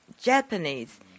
Japanese